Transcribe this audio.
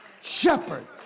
shepherd